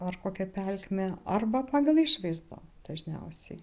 ar kokia pelkmė arba pagal išvaizdą dažniausiai